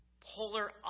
polar